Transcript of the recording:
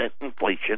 inflation